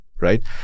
right